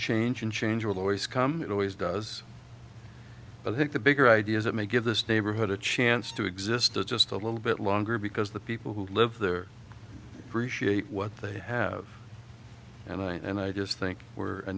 change and change will always come it always does but i think the bigger ideas that may give this neighborhood a chance to exist is just a little bit longer because the people who live there reshape what they have and i just think we're a